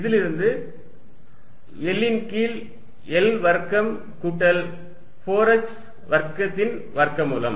இதிலிருந்து L ன் கீழ் L வர்க்கம் கூட்டல் 4 x வர்க்கத்தின் வர்க்கமூலம்